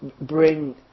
bring